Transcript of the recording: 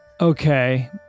Okay